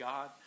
God